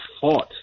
fought